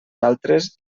altres